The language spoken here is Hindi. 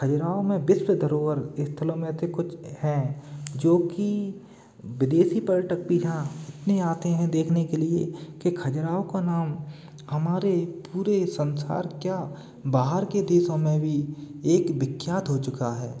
खाजुराहो में विश्व धरोहर स्थलों में से कुछ है जो की विदेशी पर्यटक भी यहाँ घूमने आते हैं देखने के लिए कि खजुराहो का नाम हमारे पूरे संसार क्या बाहर के देशों में भी एक विख्यात हो चुका है